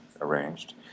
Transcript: arranged